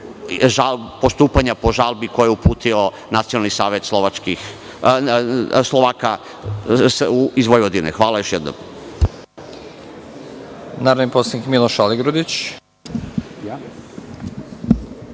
postupanja po žalbi koju je uputio Nacionalni savet Slovaka iz Vojvodine. Hvala još jednom.